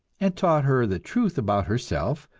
and taught her the truth about herself,